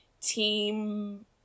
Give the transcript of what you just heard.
Team